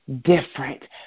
different